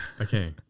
Okay